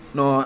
no